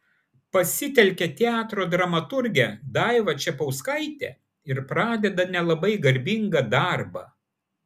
pasitelkia teatro dramaturgę daivą čepauskaitę ir pradeda nelabai garbingą darbą